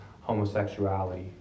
homosexuality